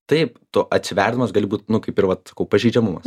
taip tu atsiverdamas gali būt nu kaip ir vat sakau pažeidžiamumas